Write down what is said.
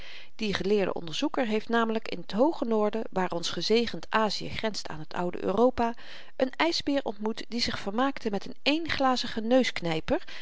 die geleerde onderzoeker heeft namelyk in t hooge noorden waar ons gezegend azië grenst aan t oude europa n ysbeer ontmoet die zich vermaakte met n